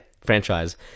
franchise